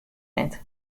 net